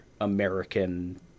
American